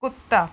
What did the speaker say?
ਕੁੱਤਾ